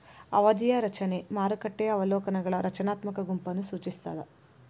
ಅವಧಿಯ ರಚನೆ ಮಾರುಕಟ್ಟೆಯ ಅವಲೋಕನಗಳ ರಚನಾತ್ಮಕ ಗುಂಪನ್ನ ಸೂಚಿಸ್ತಾದ